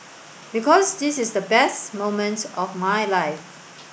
because this is the best moment of my life